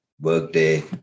Workday